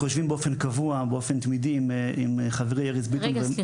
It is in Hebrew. אנחנו יושבים באופן תמידי עם חברי --- סליחה,